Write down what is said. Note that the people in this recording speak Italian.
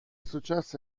successo